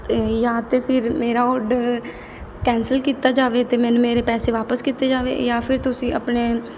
ਜਾਂ ਤਾਂ ਫਿਰ ਮੇਰਾ ਔਡਰ ਕੈਂਸਲ ਕੀਤਾ ਜਾਵੇ ਅਤੇ ਮੈਨੂੰ ਮੇਰੇ ਪੈਸੇ ਵਾਪਸ ਕੀਤੇ ਜਾਵੇ ਜਾਂ ਫਿਰ ਤੁਸੀਂ ਆਪਣੇ